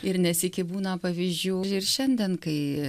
ir ne sykį būna pavyzdžių ir šiandien kai